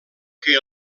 que